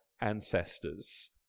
ancestors